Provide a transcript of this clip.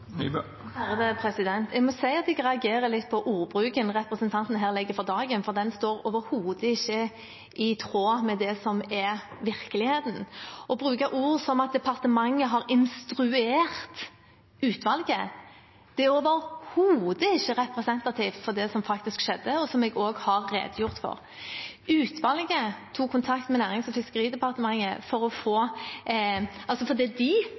Jeg må si at jeg reagerer litt på ordbruken representanten her legger for dagen, for den er overhodet ikke i tråd med det som er virkeligheten. Å bruke ord som at departementet har «instruert» utvalget, er overhodet ikke representativt for det som faktisk skjedde, og som jeg også har redegjort for. Utvalget tok kontakt med Nærings- og fiskeridepartementet